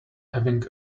having